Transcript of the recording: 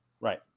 Right